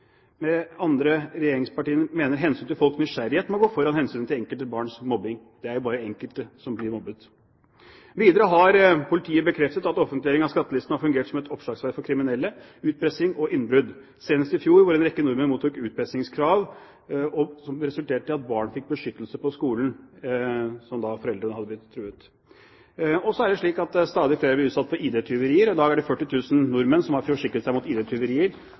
Regjeringspartiene mener hensynet til folks nysgjerrighet må gå foran hensynet til enkelte barns mobbing – det er jo bare enkelte som blir mobbet! Videre har politiet bekreftet at offentliggjøring av skattelistene har fungert som et oppslagsverk for kriminelle, med utpressing og innbrudd – senest i fjor da en rekke personer mottok utpressingskrav, som resulterte i at barn hvis foreldre var truet, fikk beskyttelse på skolen. Så er det slik at stadig flere blir utsatt for ID-tyverier. I dag er det 40 000 nordmenn som har forsikret seg mot